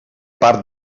part